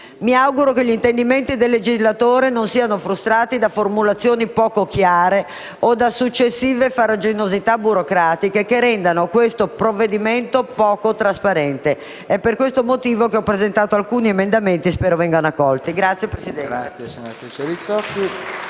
Mi auguro che gli intendimenti del legislatore non siano frustrati da formulazioni poco chiare o da successive farraginosità burocratiche che rendano questo provvedimento poco trasparente. È per questo motivo che ho presentato alcuni emendamenti, che spero vengano accolti. *(Applausi